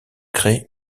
créent